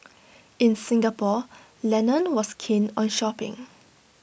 in Singapore Lennon was keen on shopping